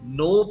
no